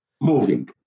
moving